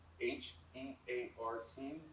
H-E-A-R-T